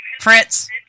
Fritz